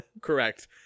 correct